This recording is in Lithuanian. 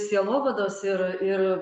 sielovados ir ir